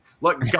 Look